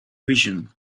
vision